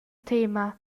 tema